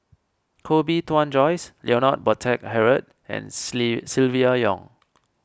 Koh Bee Tuan Joyce Leonard Montague Harrod and Silvia Yong